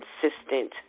consistent